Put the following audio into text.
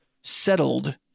settled